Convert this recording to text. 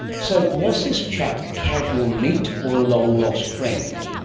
so, was this chap a casual meet, or a long lost friend?